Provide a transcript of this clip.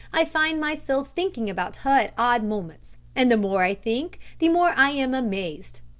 i find myself thinking about her at odd moments, and the more i think the more i am amazed.